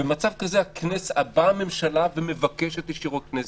במצב כזה באה הממשלה ומבקשת את אישור הכנסת,